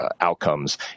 outcomes